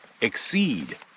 exceed